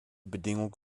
bedingung